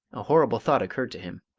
a horrible thought occurred to him.